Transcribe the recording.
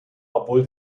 obwohl